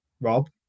rob